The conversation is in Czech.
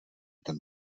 ten